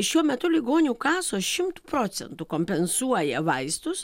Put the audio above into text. šiuo metu ligonių kasos šimtu procentų kompensuoja vaistus